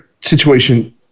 situation